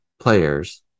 players